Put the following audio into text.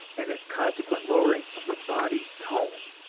and a consequent lowering of the body's tone.